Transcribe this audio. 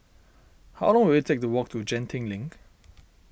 how long will it take to walk to Genting Link